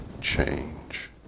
change